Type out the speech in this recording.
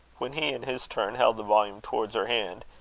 when he, in his turn, held the volume towards her hand,